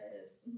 yes